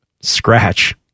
scratch